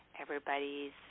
Everybody's